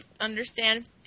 Understand